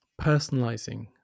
personalizing